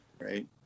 Right